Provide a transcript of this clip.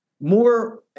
more